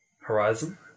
Horizon